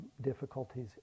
difficulties